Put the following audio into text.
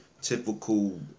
typical